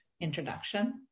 introduction